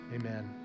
Amen